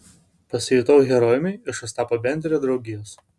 pasijutau herojumi iš ostapo benderio draugijos